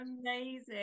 Amazing